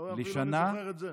אתה רואה, אפילו אני זוכר את זה.